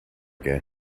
què